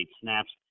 snaps